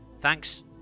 Thanks